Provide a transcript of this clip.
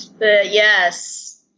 Yes